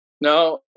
No